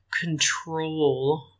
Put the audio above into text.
control